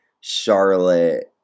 Charlotte